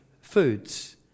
foods